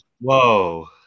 Whoa